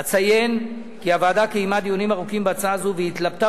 אציין כי הוועדה קיימה דיונים ארוכים בהצעה זו והתלבטה